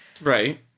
right